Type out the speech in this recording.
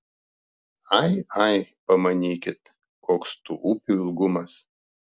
ai ai pamanykit koks tų upių ilgumas